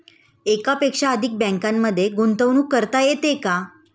एकापेक्षा अधिक बँकांमध्ये गुंतवणूक करता येते का?